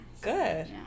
Good